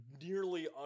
nearly